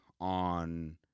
on